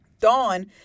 Dawn